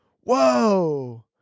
Whoa